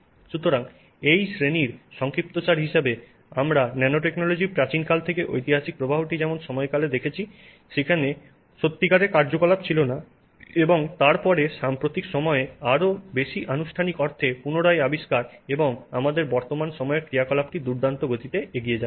সুতরাং এই শ্রেণীর সংক্ষিপ্তসার হিসাবে আমরা ন্যানোটেকনোলজির প্রাচীন কাল থেকে ঐতিহাসিক প্রবাহটি এমন সময়কালে দেখেছি যেখানে সত্যিকারের কার্যকলাপ ছিল না এবং তারপরে সাম্প্রতিক সময়ে আরও বেশি আনুষ্ঠানিক অর্থে পুনরায় আবিষ্কার এবং আমাদের বর্তমান সময়ের ক্রিয়াকলাপটি দুর্দান্ত গতিতে এগিয়ে যাচ্ছে